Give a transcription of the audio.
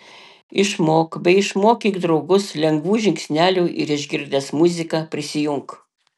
išmok bei išmokyk draugus lengvų žingsnelių ir išgirdęs muziką prisijunk